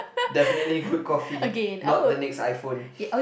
definitely quick coffee not the next iPhone